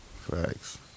Facts